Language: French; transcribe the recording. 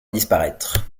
disparaître